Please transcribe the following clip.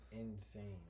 insane